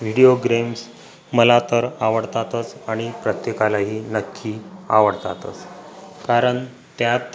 video games मला तर आवडतातच आणि प्रत्येकालाही नक्की आवडतातच कारण त्यात